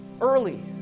Early